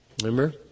Remember